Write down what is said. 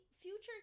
Future